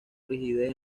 rigidez